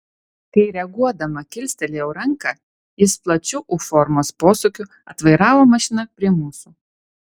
kai reaguodama kilstelėjau ranką jis plačiu u formos posūkiu atvairavo mašiną prie mūsų